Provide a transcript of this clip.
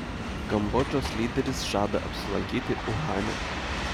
kambodžos lyderis žada apsilankyti uhane